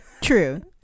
True